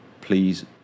please